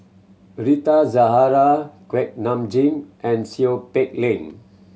Rita Zahara Kuak Nam Jin and Seow Peck Leng